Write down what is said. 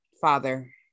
Father